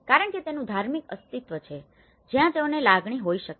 કારણ કે તેનુ ધાર્મિક અસ્તિત્વ છે જ્યાં તેઓને લાગણી હોઈ છે